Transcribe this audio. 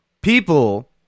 people